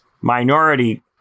minority